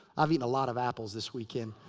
i've eaten a lot of apples this weekend.